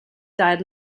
died